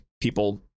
people